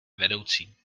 vedoucí